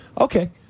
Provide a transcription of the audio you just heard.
Okay